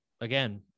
again